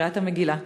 קריאת המגילה,